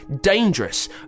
dangerous